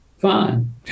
fine